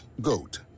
GOAT